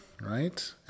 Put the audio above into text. right